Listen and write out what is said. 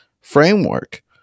framework